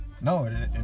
No